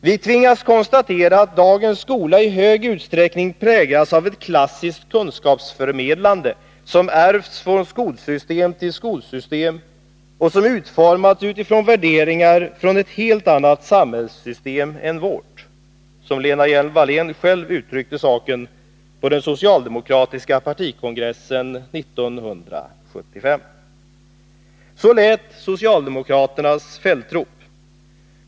”Vi tvingas konstatera att dagens skola i hög utsträckning präglas av ett klassiskt kunskapsförmedlande, som ärvts från skolsystem till skolsystem och som utformats utifrån värderingar från ett helt annat samhällssystem än vårt”, som Lena Hjelm-Wallén själv uttryckte saken på den socialdemokratiska partikongressen 1975. Så lät socialdemokraternas fältrop.